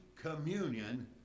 communion